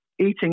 eating